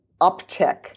uptick